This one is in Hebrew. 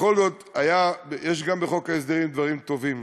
בכל זאת יש גם בחוק ההסדרים דברים טובים,